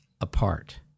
apart